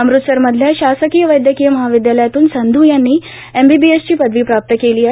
अमृतसरमधल्या शासकीय वैदयकीय महाविदयालयातृन संध् यांनी एमबीबीएसची पदवी प्राप्त केली आहे